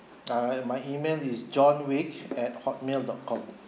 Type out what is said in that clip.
err my email is john wick at Hotmail dot com